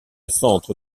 centre